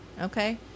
Okay